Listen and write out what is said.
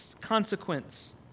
consequence